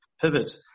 pivot